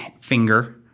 finger